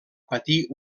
patir